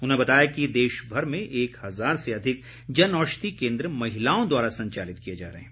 उन्होंने बताया कि देशभर में एक हजार से अधिक जनऔषधी केंद्र महिलाओं द्वारा संचालित किए जा रहे हैं